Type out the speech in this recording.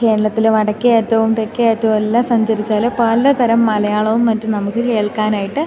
കേരളത്തിലെ വടക്കേ അറ്റവും തെക്കേ അറ്റവും എല്ലാ സഞ്ചരിച്ചാൽ പലതരം മലയാളവും മറ്റും നമുക്ക് കേൾക്കാനായിട്ട്